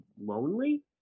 lonely